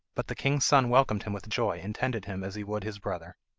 but the king's son welcomed him with joy, and tended him as he would his brother.